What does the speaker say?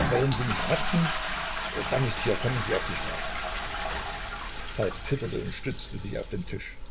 wollen sie mich verhaften dann nicht hier kommen sie auf die straße falk zitterte und stützte sich auf den tisch